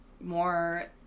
More